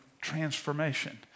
transformation